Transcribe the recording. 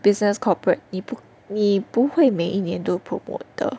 business corporate 你不你不会每一年都 promote 的